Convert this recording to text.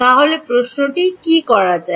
তাহলে প্রশ্নটি কী হয়ে যায়